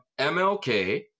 MLK